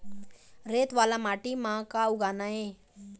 रेत वाला माटी म का का उगाना ये?